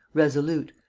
resolute,